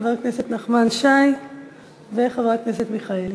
חבר הכנסת נחמן שי וחברת הכנסת מיכאלי.